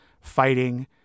fighting